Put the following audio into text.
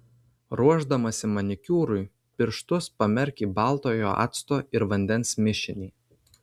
ruošdamasi manikiūrui pirštus pamerk į baltojo acto ir vandens mišinį